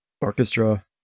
orchestra